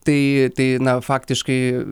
tai tai na faktiškai